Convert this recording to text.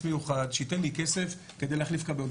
מיוחד כדי שייתן לי כסף כדי להחליף כבאיות.